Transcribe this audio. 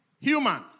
human